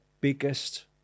biggest